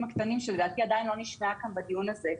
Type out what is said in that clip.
הקטנים שלדעתי עדיין לא נשמעה כאן בדיון הזה.